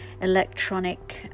electronic